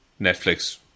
Netflix